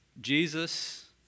Jesus